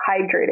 hydrated